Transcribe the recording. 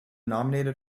nominated